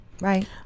right